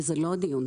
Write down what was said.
וזה לא הדיון.